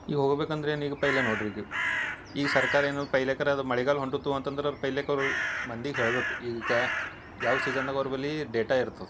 ಈಗ ಹೋಗ್ಬೇಕಂದ್ರ ಏನು ಈಗ ಪೆಹ್ಲೆ ನೋಡ್ರ ಈಗ ಈ ಸರ್ಕಾರ ಏನು ಪೆಹ್ಲೆಕರ ಅದು ಮಳೆಗಾಲ ಹೊಂಟೋತು ಅಂತಂದ್ರ ಅದು ಪೆಹ್ಲೆಕರು ಮಂದಿಗ ಹೇಳಬೇಕು ಈಗ ಯಾವ ಸೀಸನ್ದಾಗ ಅವ್ರ ಬಲೀ ಡೇಟಾ ಇರ್ತದ